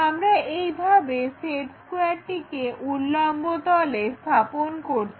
আমরা এইভাবে সেট স্কোয়্যারটিকে উল্লম্ব তলে স্থাপন করছি